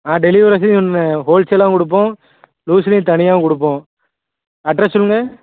ஆ delivery வச்சு சொன்னேன் whole சேலாகவும் கொடுப்போம் லூஸ்லேயும் தனியாகவும் கொடுப்போம் அட்ரஸ் சொல்லுங்கள்